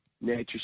Nature